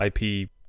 IP